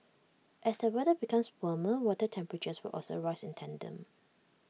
as the weather becomes warmer water temperatures will also rise in tandem